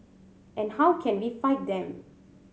and how can we fight them